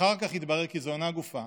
אחר כך התברר כי זו אינה גופה